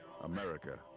America